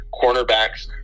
cornerbacks